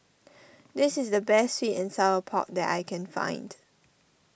this is the best Sweet and Sour Pork that I can find